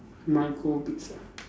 micro bits lah